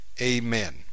Amen